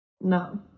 No